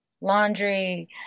laundry